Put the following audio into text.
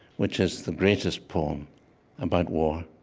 which is the greatest poem about war